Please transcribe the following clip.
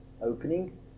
opening